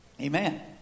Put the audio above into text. Amen